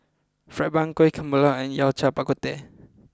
Fried Bun Kueh Kemboja and Yao Cai Bak Kut Teh